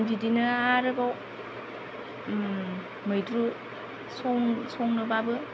बिदिनो आरोबाव मैद्रु संनोब्लाबो